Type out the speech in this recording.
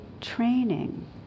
training